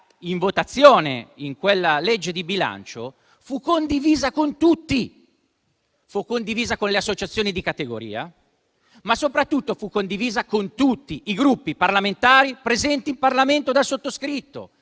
in votazione in quella legge di bilancio, fu condivisa con tutti, con le associazioni di categoria, ma soprattutto con tutti i Gruppi parlamentari presenti in Parlamento dal sottoscritto,